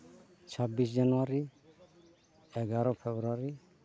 ᱪᱷᱟᱵᱵᱤᱥ ᱡᱟᱹᱱᱩᱣᱟᱨᱤ ᱮᱜᱟᱨᱚ ᱯᱷᱮᱵᱽᱨᱩᱣᱟᱨᱤ